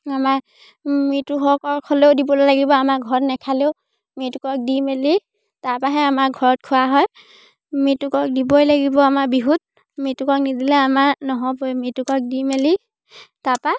আমাৰ মৃত্যু হ'লেও দিবলৈ লাগিব আমাৰ ঘৰত নাখালেও মৃতকক দি মেলি তাৰপৰাহে আমাৰ ঘৰত খোৱা হয় মৃতকক দিবই লাগিব আমাৰ বিহুত মৃতকক নিদিলে আমাৰ নহ'বই মৃতকক দি মেলি তাৰপৰা